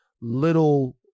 little